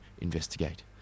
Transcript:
investigate